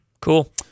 cool